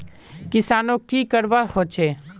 किसानोक की करवा होचे?